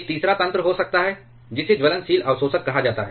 एक तीसरा तंत्र हो सकता है जिसे ज्वलनशील अवशोषक कहा जाता है